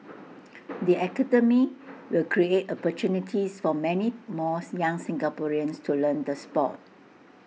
the academy will create opportunities for many more young Singaporeans to learn the Sport